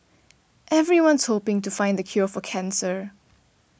everyone's hoping to find the cure for cancer